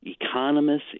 economists